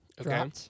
Okay